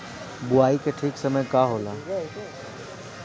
बुआई के ठीक समय का होला?